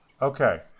Okay